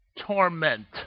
torment